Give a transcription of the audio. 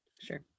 Sure